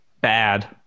bad